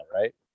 right